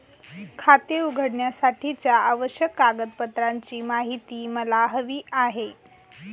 खाते उघडण्यासाठीच्या आवश्यक कागदपत्रांची माहिती मला हवी आहे